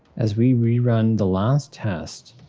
as we rerun the last test,